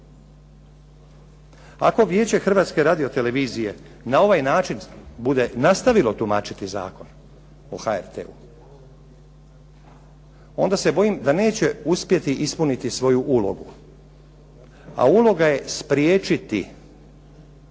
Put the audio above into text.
Ako Vijeće Hrvatske radiotelevizije na ovaj način bude nastavilo tumačiti Zakon o HRT-u onda se bojim da neće uspjeti ispuniti svoju ulogu. A uloga je spriječiti da